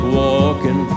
walking